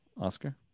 Oscar